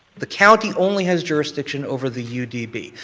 the county only has jurisdiction over the u d b.